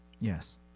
Yes